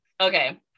Okay